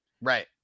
Right